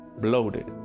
bloated